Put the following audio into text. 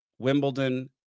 Wimbledon